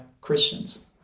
Christians